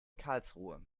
karlsruhe